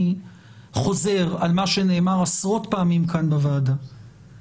אני חוזר על מה שנאמר כאן בוועדה עשרות פעמים.